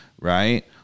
right